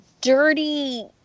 dirty